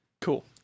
Cool